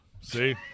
See